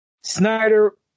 Snyder